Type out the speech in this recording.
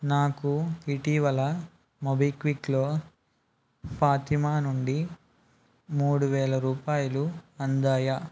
నాకు ఇటీవల మోబిక్విక్లో ఫాతిమా నుండి మూడు వేల రూపాయలు అందాయా